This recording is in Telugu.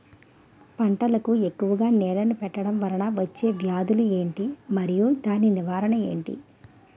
పంటలకు ఎక్కువుగా నీళ్లను పెట్టడం వలన వచ్చే వ్యాధులు ఏంటి? మరియు దాని నివారణ ఏంటి?